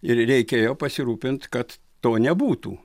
ir reikėjo pasirūpint kad to nebūtų